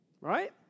Right